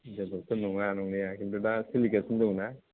जेबोथ' नङा नंनाया खिन्थु दा सोलिगासिनो दं ना